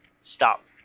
stop